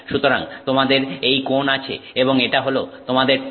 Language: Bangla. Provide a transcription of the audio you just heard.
সুতরাং তোমাদের এই কোণ আছে এবং এটা হলো তোমাদের 2θ